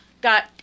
got